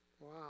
Wow